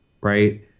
Right